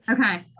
Okay